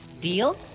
Deal